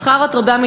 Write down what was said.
ושכר הטרחה,